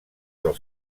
del